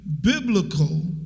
biblical